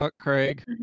Craig